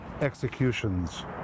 executions